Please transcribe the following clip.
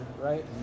right